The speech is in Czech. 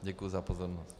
Děkuji za pozornost.